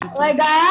לב?